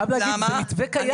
חייב להגיד, זה מתווה קיים.